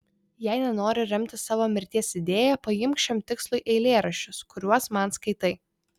jei nenori remtis savo mirties idėja paimk šiam tikslui eilėraščius kuriuos man skaitai